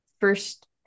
first